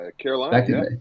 Carolina